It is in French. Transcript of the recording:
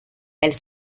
elle